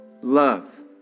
love